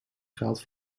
geld